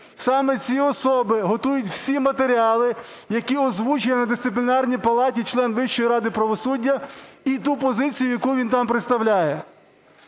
Саме ці особи готують всі матеріали, які озвучив на дисциплінарній палаті член Вищої ради правосуддя, і ту позицію, яку він там представляє.